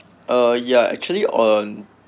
uh ya actually on